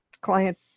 client